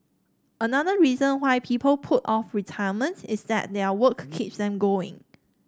another reason why people put off retirement is that their work keeps them going